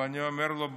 ואני אומר לו בנימוס: